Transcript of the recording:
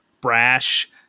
brash